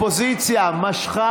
ובכן,